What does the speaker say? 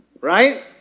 Right